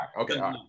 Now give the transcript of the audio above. Okay